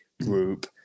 group